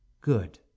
Good